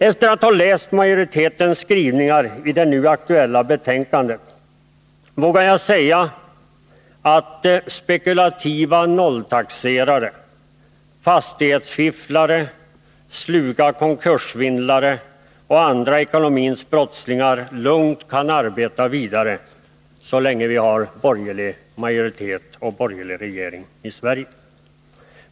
Efter att ha läst majoritetens skrivningar i det nu aktuella betänkandet vågar jag säga att spekulativa nolltaxerare, fastighetsfifflare, sluga konkurssvindlare och andra ekonomins brottslingar lugnt kan arbeta vidare —så länge vi har borgerlig majoritet och borgerlig regering i Sverige.